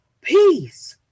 peace